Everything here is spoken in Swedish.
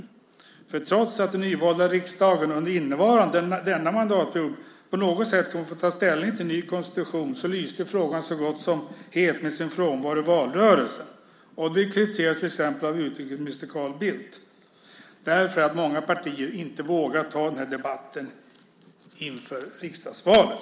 Trots att den nyvalda riksdagen under denna mandatperiod på något sätt kommer att få ta ställning till en ny konstitution lyste frågan så gott som helt med sin frånvaro i valrörelsen. Det kritiserades till exempel av utrikesminister Carl Bildt. Många partier vågade inte ta debatten inför riksdagsvalet.